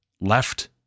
left